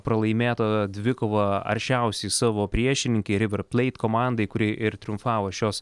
pralaimėta dvikova aršiausiai savo priešininkei riverpleit komandai kuri ir triumfavo šios